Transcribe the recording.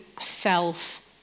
self